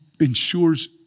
ensures